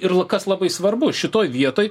ir kas labai svarbu šitoj vietoj